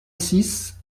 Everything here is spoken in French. six